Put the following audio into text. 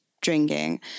drinking